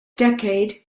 decade